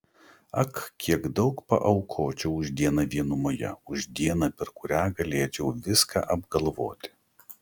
ak kiek daug paaukočiau už dieną vienumoje už dieną per kurią galėčiau viską apgalvoti